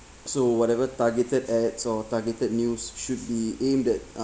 so whatever targeted ads or targeted news should be aimed at